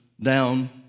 down